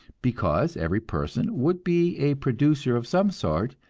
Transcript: because every person would be a producer of some sort,